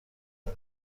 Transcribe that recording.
ندم